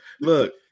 Look